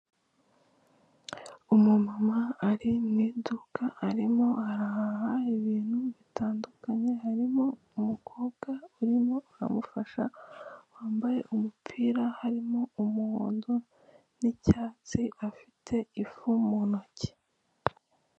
Umu mama ari mu iduka arimo arahaha ibintu bitandukanye harimo umukobwa urimo aramufasha wambaye umupira harimo umuhondo n'icyatsi afite ifu mu ntoki.